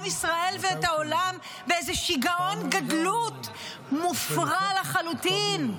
ישראל ואת העולם באיזה שיגעון גדלות מופרע לחלוטין,